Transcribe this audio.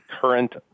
current